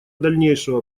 дальнейшего